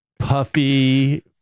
puffy